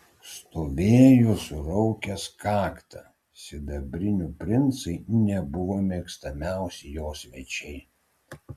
stovėjo suraukęs kaktą sidabrinių princai nebuvo mėgstamiausi jo svečiai